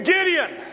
Gideon